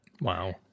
Wow